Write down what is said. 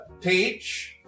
Peach